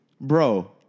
Bro